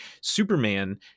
Superman